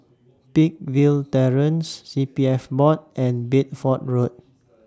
Peakville Terrace C P F Board and Bedford Road